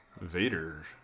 Vader